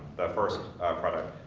the first product,